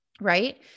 Right